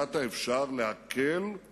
במידת האפשר להקל את